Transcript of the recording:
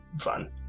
fun